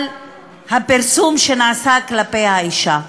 על הפרסום שנעשה כלפי האישה.